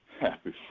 Happy